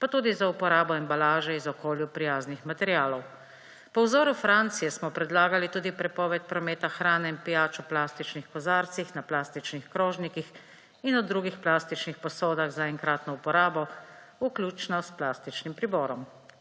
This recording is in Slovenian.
pa tudi za uporabo embalaže iz okolju prijaznih materialov. Po vzoru Francije smo predlagali tudi prepoved prometa hrane in pijače v plastičnih kozarcih, na plastičnih krožnikih in v drugih plastičnih posodah za enkratno uporabo, vključno s plastičnim priborom.